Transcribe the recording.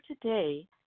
today